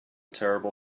terrible